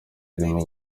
yarimo